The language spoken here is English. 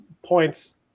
Points